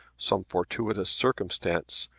some fortuitous circumstance,